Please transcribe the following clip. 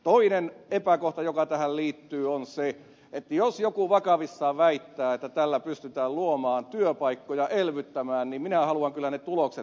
toinen epäkohta joka tähän liittyy on se että jos joku vakavissaan väittää että tällä pystytään luomaan työpaikkoja elvyttämään niin minä haluan kyllä ne tulokset nähdä